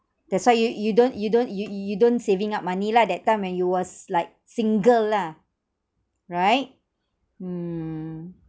that's why you you don't you don't you you don't saving up money lah that time when you was like single lah right mm